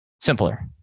simpler